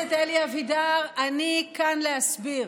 הכנסת אלי אבידר, אני כאן להסביר.